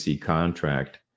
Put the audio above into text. contract